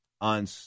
on